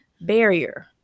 Barrier